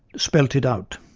spelt it out